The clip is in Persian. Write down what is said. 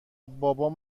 بابام